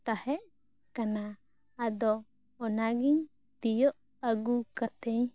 ᱟᱫᱚ ᱚᱱᱟ ᱜᱤᱧ ᱛᱤᱭᱚᱜ ᱟᱹᱜᱩ ᱠᱟᱛᱤᱧ ᱦᱚᱫ ᱟᱹᱜᱩ ᱠᱟᱛᱮᱫ